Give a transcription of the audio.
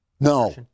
No